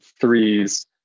threes